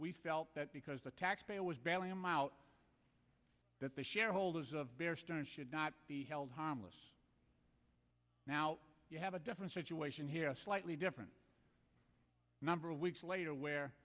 we felt that because the taxpayer was bailing them out that the shareholders of bear stearns should not be held harmless now you have a different situation here a slightly different number of weeks later where